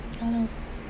ya lah